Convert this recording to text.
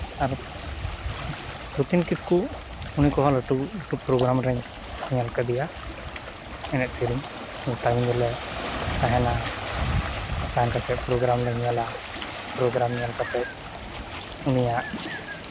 ᱟᱨ ᱨᱚᱛᱷᱤᱱ ᱠᱤᱥᱠᱩ ᱩᱱᱤ ᱠᱷᱚᱱ ᱦᱚᱸ ᱞᱟᱹᱴᱩ ᱞᱟᱹᱴᱩ ᱯᱨᱳᱜᱨᱟᱢ ᱨᱤᱧ ᱧᱮᱞ ᱠᱟᱫᱮᱭᱟ ᱮᱱᱮᱡ ᱥᱮᱨᱮᱧ ᱜᱚᱴᱟ ᱧᱤᱫᱟᱹ ᱞᱮ ᱛᱟᱦᱮᱱᱟ ᱛᱟᱦᱮᱸ ᱠᱟᱛᱮᱫ ᱯᱨᱳᱜᱨᱟᱢ ᱞᱮ ᱧᱮᱞᱟ ᱯᱨᱳᱜᱨᱟᱢ ᱧᱮᱞ ᱠᱟᱛᱮᱫ ᱩᱱᱤᱭᱟᱜ